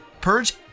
purge